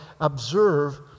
observe